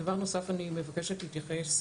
דבר נוסף, אני מבקשת להתייחס